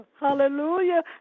Hallelujah